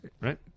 right